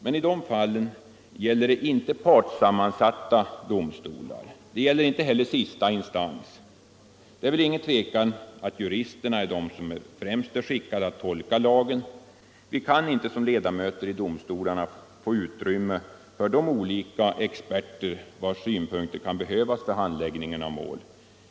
Men i dessa fall gäller det inte partssammansatta domstolar och inte heller sista instans. Det är väl ingen tvekan om att juristerna är de som är bäst skickade att tolka lagen. Vi kan inte som ledamöter i domstolarna få utrymme för de olika experter vilkas synpunkter kan behövas vid handläggningen av ett mål.